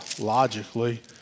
logically